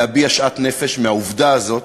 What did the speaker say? אתה כחבר כנסת חדש חייב להביע שאט-נפש מהעובדה הזאת